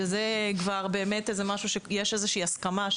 שזה באמת משהו שיש איזושהי הסכמה,